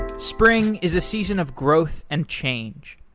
spring is a season of growth and change.